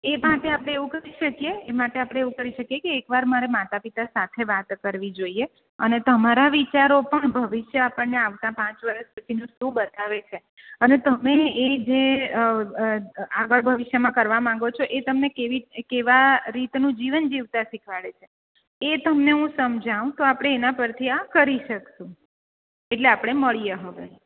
એ માટે આપણે એવું કરી શકીએ એ માટે આપણે એવું કરી શકીએ કે એકવાર મારે માતાપિતા સાથે વાત કરવી જોઈએ અને તમારા વિચારો પણ ભવિષ્ય આપણને આવતા પાંચ વરસ પછીનું શું બતાવે છે અને તમે એજે આગળ ભવિષ્યમાં કરવા માંગો છો એ તમે કેવી કેવા રીતનું જીવન જીવતા શિખવાડે છે એ તમને હું સમજાવું તો આપણે એના પરથી આ કરી શકશું એટલે આપણે મળીએ હવે